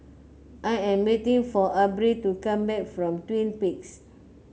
I am waiting for Abril to come back from Twin Peaks